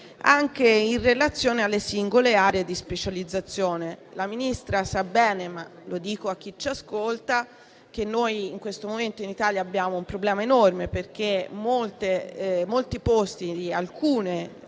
anche in relazione alle singole aree di specializzazione. La Ministra sa bene - lo dico a chi ci ascolta - che in questo momento abbiamo in Italia un problema enorme, perché molti posti di alcune tipologie